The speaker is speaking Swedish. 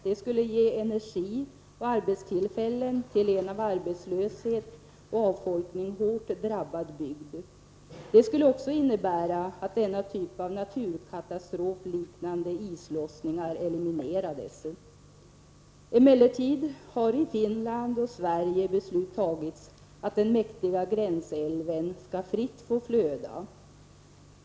Det skulle ge energi och arbetstillfällen till en av arbetslöshet och avfolkning hårt drabbad bygd. Det skulle också innebära att denna typ av naturkatastrofliknande islossningar eliminerades. Emellertid har i Finland och Sverige beslut tagits att den mäktiga gränsälven skall fritt få flöda.